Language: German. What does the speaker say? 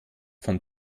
von